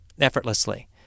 effortlessly